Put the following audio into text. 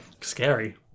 Scary